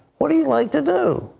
what do you like to do?